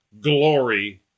glory